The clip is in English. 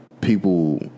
people